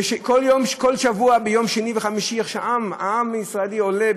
בכל שבוע בימים שני וחמישי איך עם ישראל עולה,